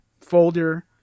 folder